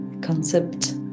concept